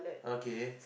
okay